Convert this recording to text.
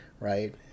right